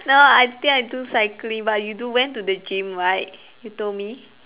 no I think I do cycling but you do went to the gym right you told me